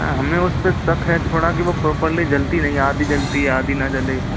न हमें उस पर शक है थोड़ा कि वो प्रोपर्ली जलती नहीं है आधी जलती है आधी न जले